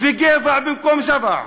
וגבע במקום ג'בע.